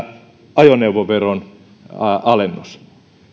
ajoneuvoveron alennus